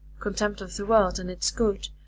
contempt of the world and its good,